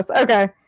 Okay